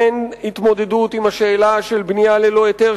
אין התמודדות עם השאלה של בנייה ללא היתר,